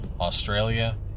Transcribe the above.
Australia